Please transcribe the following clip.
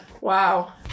wow